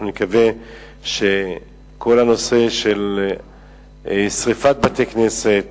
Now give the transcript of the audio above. אנחנו נקווה שכל הנושא של שרפת בתי-כנסת